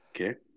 okay